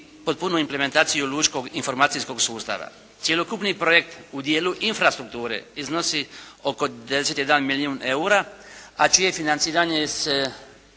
i potpunu implementaciju lučkog informacijskog sustava. Cjelokupni projekt u dijelu infrastrukture iznosi oko … /Govornik se